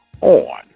on